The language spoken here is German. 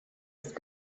ist